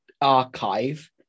archive